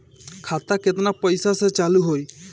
खाता केतना पैसा से चालु होई?